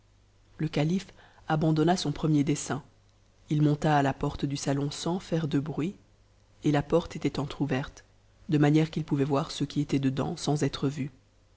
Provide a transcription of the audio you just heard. le calife abandonna son premier dessein il monta à la porte du saton sans faire de bruit et la porte était entr'ouverte de manière qu'il pouvait voir ceux qui étaient dedans sans être vu